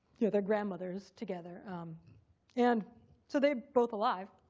yeah they're grandmothers together and so they're both alive.